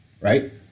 right